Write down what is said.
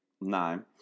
nine